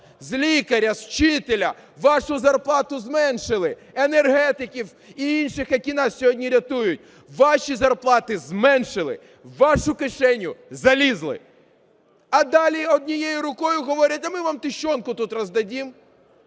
з лікаря, з вчителя, вашу зарплату зменшили, енергетиків і інших, які нас сьогодні рятують. Ваші зарплати зменшили, у вашу кишеню залізли. А далі однією рукою говорять а ми вам тищонку тут раздадим.